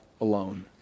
alone